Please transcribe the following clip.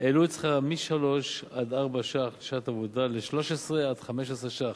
העלו את שכרם מ-3 4 ש"ח לשעת עבודה ל-13 15 ש"ח.